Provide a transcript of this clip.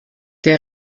der